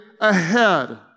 ahead